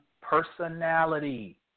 personality